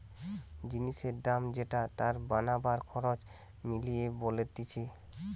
জিনিসের দাম যেটা তার বানাবার খরচ মিলিয়ে বলতিছে